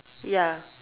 ya